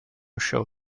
show